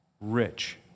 rich